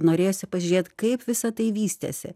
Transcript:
norėjosi pažiūrėt kaip visa tai vystėsi